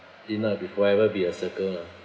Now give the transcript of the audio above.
dinner will forever be a circle lah